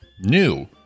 new